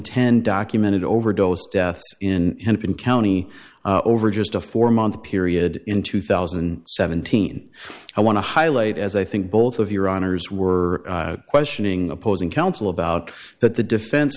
ten documented overdose deaths in in county over just a four month period in two thousand and seventeen i want to highlight as i think both of your honor's were questioning opposing counsel about that the defense